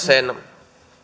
sen